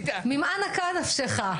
ממה נקעה נפשך?